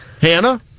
Hannah